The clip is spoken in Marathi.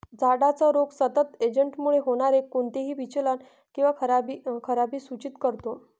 झाडाचा रोग सतत एजंटमुळे होणारे कोणतेही विचलन किंवा खराबी सूचित करतो